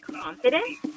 confidence